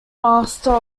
master